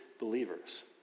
believers